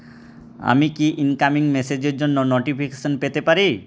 আমি কি ইনকামিং মেসেজের জন্য নোটিফিকেশন পেতে পারি